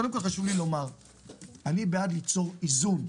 חשוב לי לומר שאני בעד ליצור איזון.